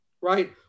right